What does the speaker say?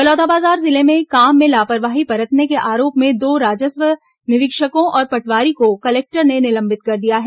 बलौदाबाजार जिले में काम में लापरवाही बरतने के आरोप में दो राजस्व निरीक्षकों और पटवारी को कलेक्टर ने निलंबित कर दिया है